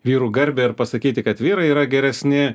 vyrų garbę ir pasakyti kad vyrai yra geresni